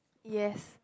yes